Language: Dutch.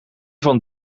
van